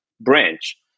branch